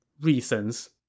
reasons